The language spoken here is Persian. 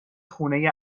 خونه